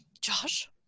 Josh